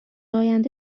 آینده